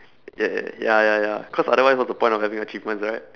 ya ya ya ya ya cause otherwise what's the point of having achievements right